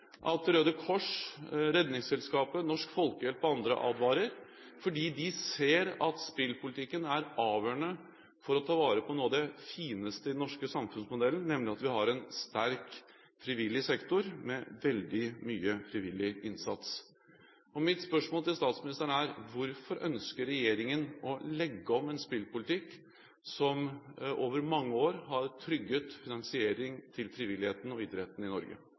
at Røde Kors, Redningsselskapet, Norsk Folkehjelp og andre advarer, fordi de ser at spillpolitikken er avgjørende for å ta vare på noe av det fineste i den norske samfunnsmodellen, nemlig at vi har en sterk frivillig sektor med veldig mye frivillig innsats. Mitt spørsmål til statsministeren er: Hvorfor ønsker regjeringen å legge om en spillpolitikk som over mange år har trygget finansiering til frivilligheten og idretten i Norge?